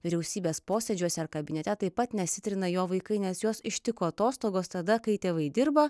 vyriausybės posėdžiuose ar kabinete taip pat nesitrina jo vaikai nes juos ištiko atostogos tada kai tėvai dirba